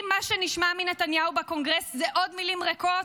אם מה שנשמע מנתניהו בקונגרס זה עוד מילים ריקות,